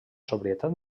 sobrietat